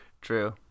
True